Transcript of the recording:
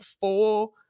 four